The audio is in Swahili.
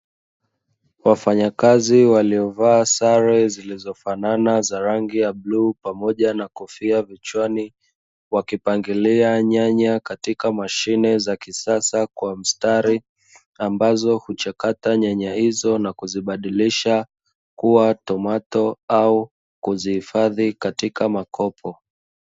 Wafanyakazi waliovaa sare zilizofanana za rangi ya bluu pamoja na kofia vichwani, wakipangilia nyanya katika mashine za kisasa kwa mstari, ambazo huchakata nyanya hizo na kuzibadiisha kuwa tomato au kuzihifadhi katika makopo.